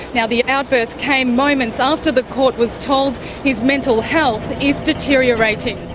yeah the outburst came moments after the court was told his mental health is deteriorating.